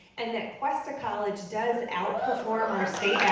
and that cuesta college does outperform our state